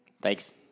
Thanks